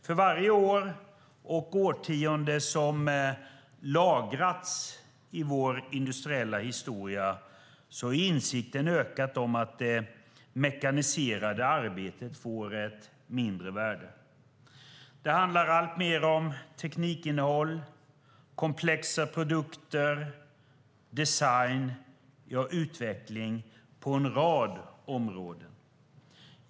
För varje år och årtionde som lagrats i vår industriella historia har insikten ökat om att det mekaniserade arbetet får mindre värde. Det handlar alltmer om teknikinnehåll, komplexa produkter, design - ja, utveckling på en rad områden.